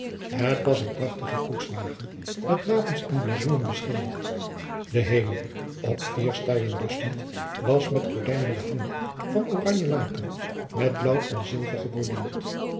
het was een prachtige koetswagen met wapens en blazoenen beschilderd de hemel op vier stijlen rustend was met gordijnen behangen van oranje laken met blaauw en zilver